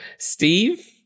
Steve